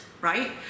right